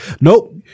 Nope